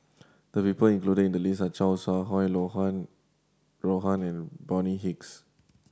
the people included in the list are Chow Sau Hai Roland Huang Wenhong and Bonny Hicks